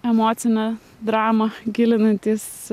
emocinę dramą gilinantis